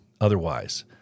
otherwise